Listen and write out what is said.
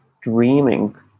dreaming